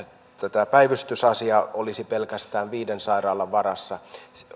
tämä päivystysasia olisi pelkästään viiden sairaalan varassa